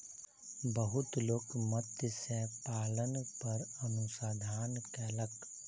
बहुत लोक मत्स्य पालन पर अनुसंधान कयलक